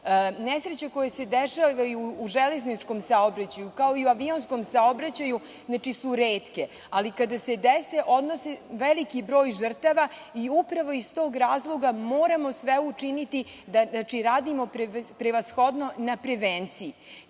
došlo. Nesreće koje se dešavaju u železničkom saobraćaju, kao i u avionskom saobraćaju, retke su. Ali, kada se dese, odnose veliki broj žrtava. Upravo iz tog razloga moramo sve učiniti da radimo prevashodno na prevenciji. Kada